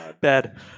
bad